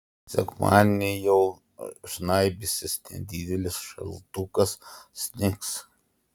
sekmadienį jau žnaibysis nedidelis šaltukas snigs